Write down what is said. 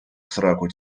сраку